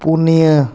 ᱯᱩᱱᱤᱭᱟᱹ